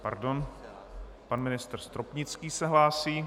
Pardon, pan ministr Stropnický se hlásí.